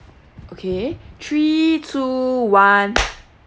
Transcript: okay three two one